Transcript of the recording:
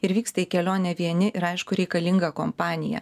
ir vyksta į kelionę vieni ir aišku reikalinga kompanija